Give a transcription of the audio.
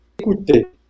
écoutez